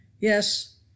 Yes